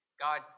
God